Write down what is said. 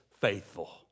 faithful